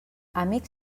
amic